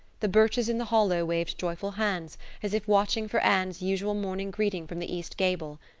the birches in the hollow waved joyful hands as if watching for anne's usual morning greeting from the east gable.